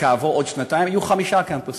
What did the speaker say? וכעבור עוד שנתיים יהיו חמישה קמפוסים.